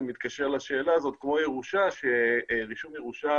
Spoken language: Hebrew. מתקשר לשאלה הזאת - כמו ירושה כאשר ברישום ירושה